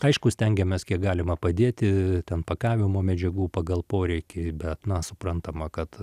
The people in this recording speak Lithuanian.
aišku stengiamės kiek galima padėti ten pakavimo medžiagų pagal poreikį bet na suprantama kad